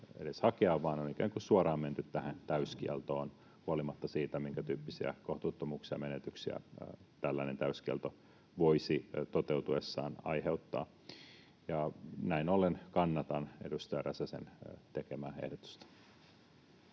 edes hakea vaan on ikään kuin suoraan menty tähän täyskieltoon huolimatta siitä, minkätyyppisiä kohtuuttomuuksia ja menetyksiä tällainen täyskielto voisi toteutuessaan aiheuttaa. Näin ollen kannatan edustaja Räsäsen tekemää ehdotusta.